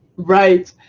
right.